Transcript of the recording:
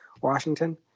Washington